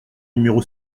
numéro